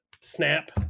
Snap